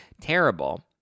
terrible